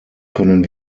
können